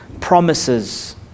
promises